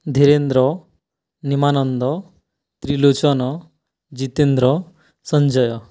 Dhirendra Nimananda Trilochan Jitendra Sanjay